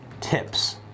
tips